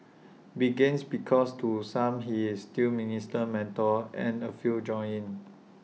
begins because to some he is still minister mentor and A few join in